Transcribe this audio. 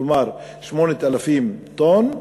כלומר, 8,000 טון,